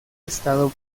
estado